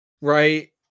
Right